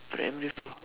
primary four